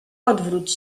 odwróć